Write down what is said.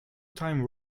time